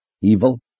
Evil